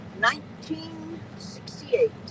1968